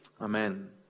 Amen